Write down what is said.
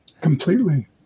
completely